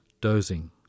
Dozing